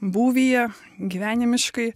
būvyje gyvenimiškai